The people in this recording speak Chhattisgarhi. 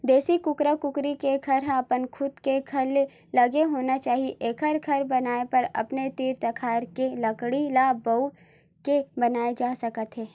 देसी कुकरा कुकरी के घर ह अपन खुद के घर ले लगे होना चाही एखर घर बनाए बर अपने तीर तखार के लकड़ी ल बउर के बनाए जा सकत हे